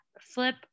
flip